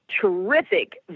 terrific